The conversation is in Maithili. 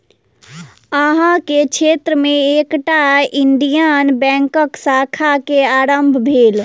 अहाँ के क्षेत्र में एकटा इंडियन बैंकक शाखा के आरम्भ भेल